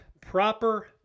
proper